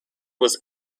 was